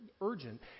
urgent